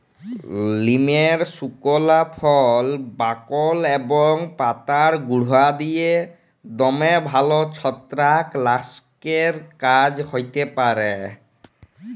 লিমের সুকলা ফল, বাকল এবং পাতার গুঁড়া দিঁয়ে দমে ভাল ছত্রাক লাসকের কাজ হ্যতে পারে